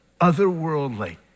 otherworldly